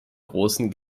großen